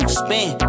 spin